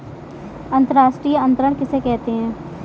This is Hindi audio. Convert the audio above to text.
अंतर्राष्ट्रीय अंतरण किसे कहते हैं?